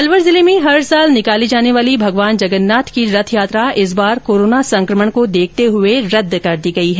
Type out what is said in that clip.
अलवर जिले में हर साल निकाली जाने वाली भगवान जगन्नाथ की रथ यात्रा इस बार कोरोना संकमण को देखते हुए रद्द कर दी गई है